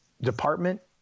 department